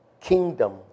kingdom